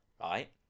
right